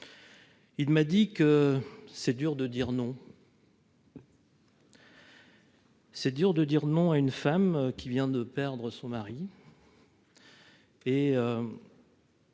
Il m'a dit qu'il était dur de dire « non ». Il est dur de dire « non » à une femme qui vient de perdre son mari,